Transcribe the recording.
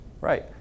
Right